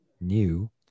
new